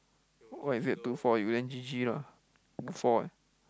what is it two four you then G_G lah two four eh